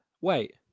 Wait